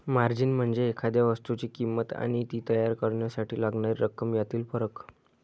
margin म्हणजे एखाद्या वस्तूची किंमत आणि ती तयार करण्यासाठी लागणारी रक्कम यातील फरक